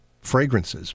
fragrances